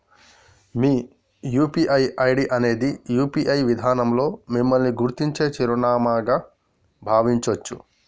మీ UPI ID అనేది UPI విధానంలో మిమ్మల్ని గుర్తించే చిరునామాగా భావించొచ్చు